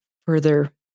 further